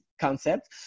concept